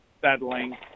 settling